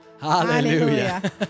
hallelujah